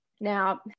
Now